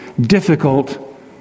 difficult